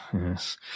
Yes